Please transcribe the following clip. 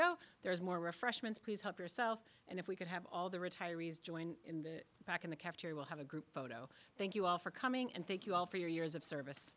go there's more refreshments please help yourself and if we can have all the retirees join in the back in the cafe will have a group photo thank you all for coming and thank you all for your years of service